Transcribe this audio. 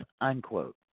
unquote